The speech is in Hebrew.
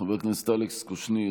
חבר הכנסת אלכס קושניר,